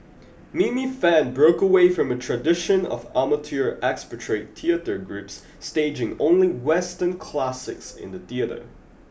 Mini Fan broke away from a tradition of amateur expatriate theatre groups staging only western classics in the theatre